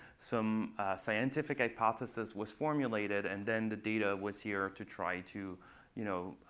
some scientific hypothesis was formulated. and then the data was here to try to you know